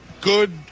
good